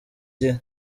gihe